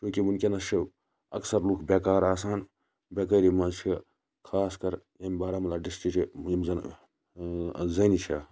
ییٚکیاہ وٕنکیٚنَس چھِ اَکثَر لُکھ بیٚکار آسَان بیٚکٲری مَنٛز چھِ خاص کَر یمہِ بارہمُلا ڈِسٹرک چھِ یِم زَن زَنہِ چھ